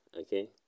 Okay